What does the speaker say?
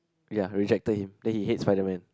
ya rejected him then he hates Spider-Man